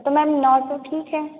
तो मैम नौ सौ ठीक है